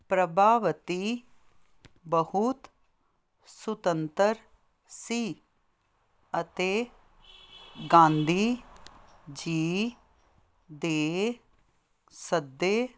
ਪ੍ਰਭਾਵਤੀ ਬਹੁਤ ਸੁਤੰਤਰ ਸੀ ਅਤੇ ਗਾਂਧੀ ਜੀ ਦੇ ਸੱਦੇ